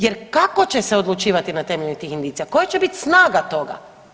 Jer kako će se odlučivati na temelju tih indicija, koja će bit snaga toga?